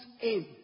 aim